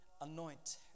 anoint